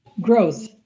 Growth